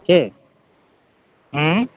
के हूँ